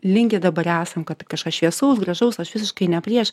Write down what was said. linkę dabar esam kad kažkas šviesaus gražaus aš visiškai ne prieš